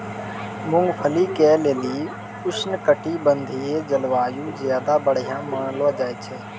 मूंगफली के लेली उष्णकटिबंधिय जलवायु ज्यादा बढ़िया मानलो जाय छै